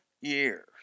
years